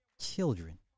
children